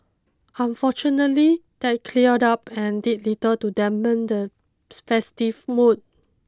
unfortunately that cleared up and did little to dampen the festive mood